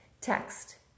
Text